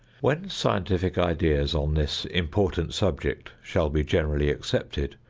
when scientific ideas on this important subject shall be generally accepted,